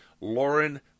Lauren